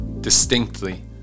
distinctly